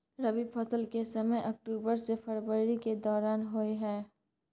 रबी फसल के समय अक्टूबर से फरवरी के दौरान होय हय